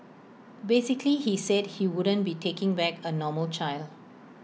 basically he said he wouldn't be taking back A normal child